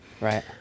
Right